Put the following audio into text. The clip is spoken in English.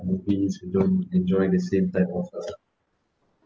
movies we don't enjoy the same type of uh